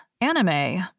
anime